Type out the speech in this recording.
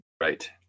Right